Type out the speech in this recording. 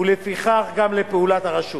ולפיכך גם לפעולת הרשות.